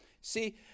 See